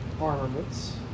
armaments